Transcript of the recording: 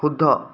শুদ্ধ